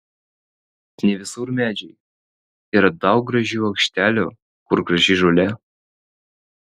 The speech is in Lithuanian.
ne visur medžiai yra daug gražių aikštelių kur graži žolė